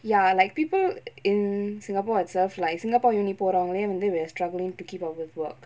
ya like people in singapore itself like singapore university போரவங்கலயும் வந்து:poravangalayum vanthu we are struggling to keep up with work